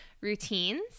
routines